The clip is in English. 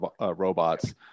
robots